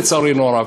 לצערנו הרב.